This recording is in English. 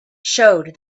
showed